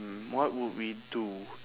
mm what would we do